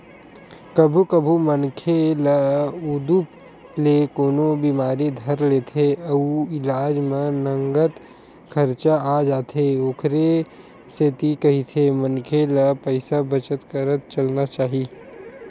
कभू कभू मनखे ल उदुप ले कोनो बिमारी धर लेथे अउ इलाज म नँगत खरचा आ जाथे ओखरे सेती कहिथे मनखे ल पइसा बचत करत चलना चाही